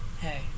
Hey